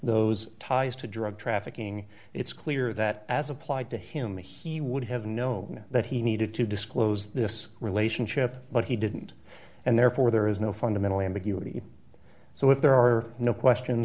those ties to drug trafficking it's clear that as applied to him he would have known that he needed to disclose this relationship but he didn't and therefore there is no fundamental ambiguity so if there are no questions